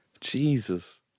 Jesus